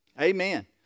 Amen